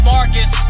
Marcus